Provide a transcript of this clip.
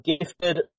gifted